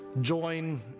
join